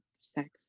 sex